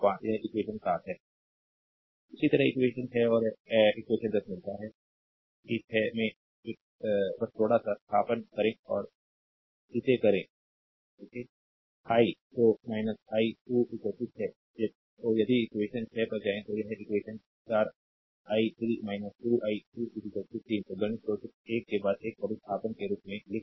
slide time देखें 1319 इसी तरह इक्वेशन ६ और and से १० मिलता है कि ६ और bit बस थोड़ा सा स्थानापन्न करें और इसे करें १० २० आई २ आई २ ३ तो यदि इक्वेशन ६ पर जाएं तो यह इक्वेशन ४ आई ३ 2 आई २ 3 तो गणित को सिर्फ एक के बाद एक प्रतिस्थापन के रूप में रखें